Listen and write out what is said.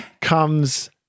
comes